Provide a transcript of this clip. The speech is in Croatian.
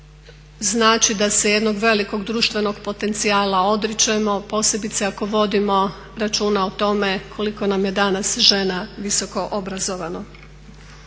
znači da se jednog velikog društvenog potencijala odričemo, posebice ako vodimo računa o tome koliko nam je danas žena visoko obrazovano.